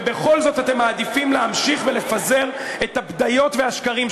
ובכל זאת אתם מעדיפים להמשיך ולפזר את הבדיות והשקרים שלכם.